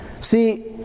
See